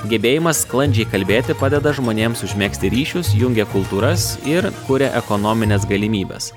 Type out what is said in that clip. gebėjimas sklandžiai kalbėti padeda žmonėms užmegzti ryšius jungia kultūras ir kuria ekonomines galimybes